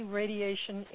radiation